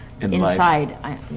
inside